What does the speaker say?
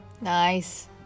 Nice